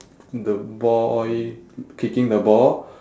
in the boy kicking the ball